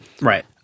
Right